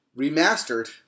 Remastered